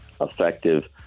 effective